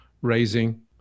raising